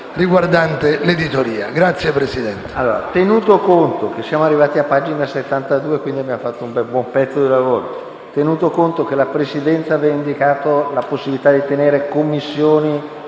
lavoro, e che la Presidenza aveva indicato la possibilità di tenere Commissioni